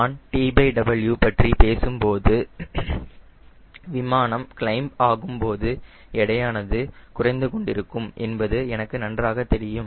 நான் TW பற்றி பேசும் போது விமானம் கிளைம்ப் ஆகும் போது எடையானது குறைந்து கொண்டிருக்கும் என்பது எனக்கு நன்றாக தெரியும்